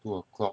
two o'clock